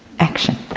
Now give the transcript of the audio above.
action.